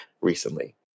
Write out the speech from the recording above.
recently